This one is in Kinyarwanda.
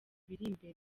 imbere